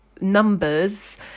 numbers